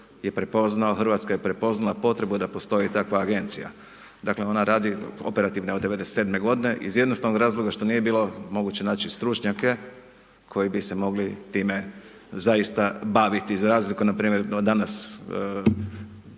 RH je prepoznala potrebu da postoji takva agencija. Dakle, ona radi operativno od 1997.g. iz jednostavnog razloga što nije bilo moguće naći stručnjake koji bi se mogli time zaista baviti za razliku npr. danas,